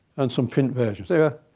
and some print versions.